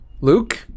Luke